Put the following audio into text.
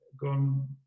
gone